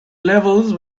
levels